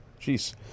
Jeez